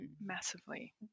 massively